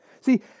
See